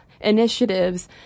initiatives –